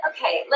Okay